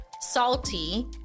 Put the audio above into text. salty